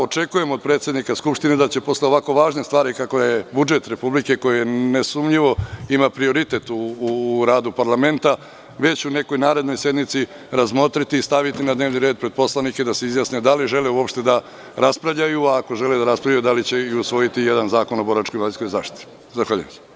Očekujem od predsednika Skupštine da će posle ovako važne stvari, kakva je budžet Republike Srbije, koja nesumnjivo ima prioritet u radu parlamenta, već u nekoj narednoj sednici razmotriti, staviti na dnevni red pred poslanike, da se izjasne da li žele uopšte da raspravljaju, a ako žele da raspravljaju, da li će i usvojiti jedan Zakon o boračkoj i invalidskoj zaštiti.